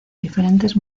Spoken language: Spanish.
diferentes